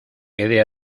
quede